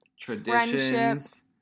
traditions